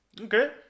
Okay